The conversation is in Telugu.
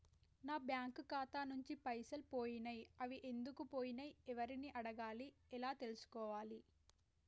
నా బ్యాంకు ఖాతా నుంచి పైసలు పోయినయ్ అవి ఎందుకు పోయినయ్ ఎవరిని అడగాలి ఎలా తెలుసుకోవాలి?